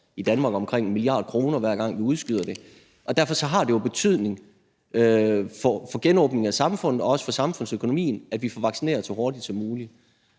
i Danmark omkring 1 mia. kr., hver gang vi udskyder det – og derfor har det jo betydning for genåbningen af samfundet og også for samfundsøkonomien, at vi får vaccineret så hurtigt som muligt.